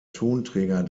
tonträger